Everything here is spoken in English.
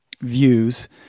views